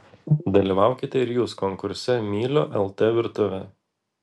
dalyvaukite ir jūs konkurse myliu lt virtuvę